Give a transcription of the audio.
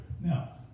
Now